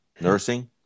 nursing